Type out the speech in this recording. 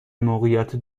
موقعیت